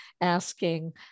asking